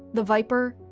the viper,